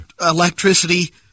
Electricity